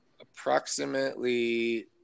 Approximately